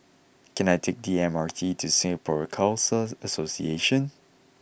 can I take the M R T to Singapore Khalsa Association